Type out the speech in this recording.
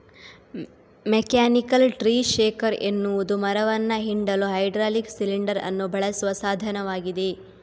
mechanical tree shaker ಎನ್ನುವುದು ಮರವನ್ನ ಹಿಂಡಲು ಹೈಡ್ರಾಲಿಕ್ ಸಿಲಿಂಡರ್ ಅನ್ನು ಬಳಸುವ ಸಾಧನವಾಗಿದೆ